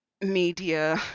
media